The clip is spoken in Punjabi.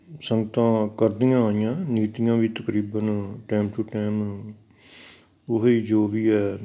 ਸੰਗਤਾਂ ਕਰਦੀਆਂ ਆਈਆਂ ਨੀਤੀਆਂ ਵੀ ਤਕਰੀਬਨ ਟਾਈਮ ਟੂ ਟਾਈਮ ਉਹੀ ਜੋ ਵੀ ਹੈ